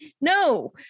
no